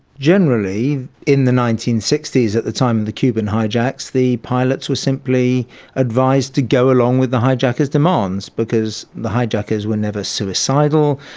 generally in the nineteen sixty s at the time of the cuban hijacks the pilots were simply advised to go along with the hijackers' demands because the hijackers were never suicidal,